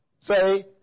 Say